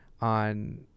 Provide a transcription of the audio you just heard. on